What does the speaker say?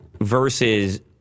Versus